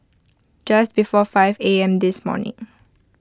just before five A M this morning